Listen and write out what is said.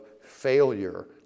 failure